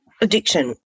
addiction